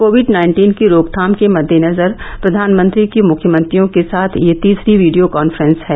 Covid nineteen की रोकथाम के मददेनजर प्रधानमंत्री की मुख्यमंत्रियों के साथ यह तीसरी वीडियो कॉन्फ्रेंस है